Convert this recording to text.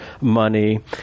money